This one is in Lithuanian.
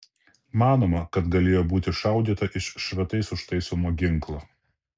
manoma kad galėjo būti šaudyta iš šratais užtaisomo ginklo